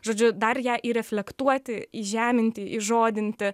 žodžiu dar ją įreflektuoti įžeminti įžodinti